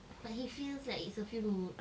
but he feels like it's a few minutes